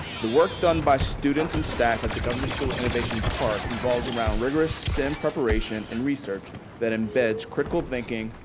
the work done by students and staff at the governor's school at innovation park revolves around rigorous stem preparation and research that embeds critical thinking,